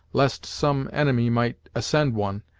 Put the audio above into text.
lest some enemy might ascend one,